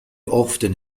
often